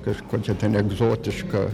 kažkokia ten egzotiška